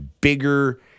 bigger